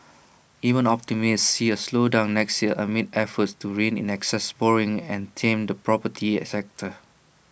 even optimists see A slowdown next year amid efforts to rein in excess borrowing and tame the property A sector